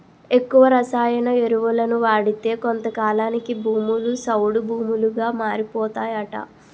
ఎక్కువ రసాయన ఎరువులను వాడితే కొంతకాలానికి భూములు సౌడు భూములుగా మారిపోతాయట